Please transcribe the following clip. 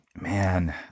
Man